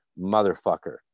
motherfucker